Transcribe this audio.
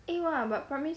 eh !!wah!! but primary